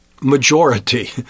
majority